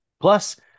Plus